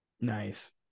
Nice